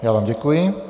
Já vám děkuji.